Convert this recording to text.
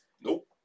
Nope